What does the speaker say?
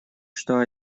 что